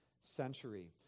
century